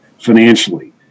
financially